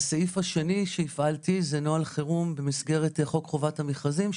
והסעיף השני שהפעלתי זה נוהל חירום במסגרת חוק חובת המכרזים,